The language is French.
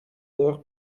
d’heure